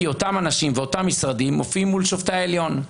כי אותם אנשים ואותם משרדים מופיעים מול שופטי העליון.